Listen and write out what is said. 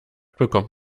bekommt